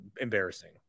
embarrassing